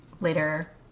later